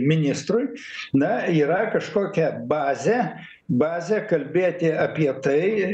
ministrui na yra kažkokia bazė bazė kalbėti apie tai